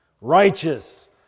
Righteous